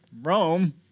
Rome